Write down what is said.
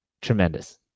tremendous